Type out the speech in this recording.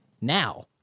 now